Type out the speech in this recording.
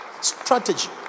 Strategy